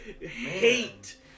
hate